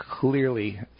clearly